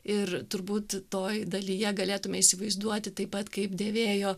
ir turbūt toj dalyje galėtume įsivaizduoti taip pat kaip dėvėjo